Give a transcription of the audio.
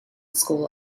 school